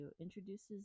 introduces